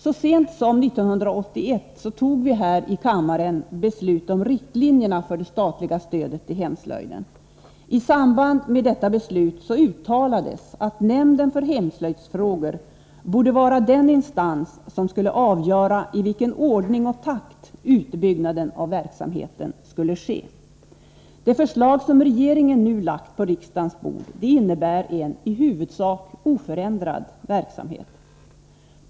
Så sent som 1981 tog vi här i kammaren beslut om riktlinjerna för det statliga stödet till hemslöjden. I samband med detta beslut uttalades att nämnden för hemslöjdsfrågor borde vara den instans som skulle avgöra i vilken ordning och i vilken takt utbyggnaden av verksamheten skulle ske. Det förslag som regeringen nu lagt på riksdagens bord innebär en i huvudsak oförändrad verksamhet.